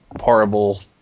horrible